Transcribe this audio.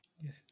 Yes